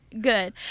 good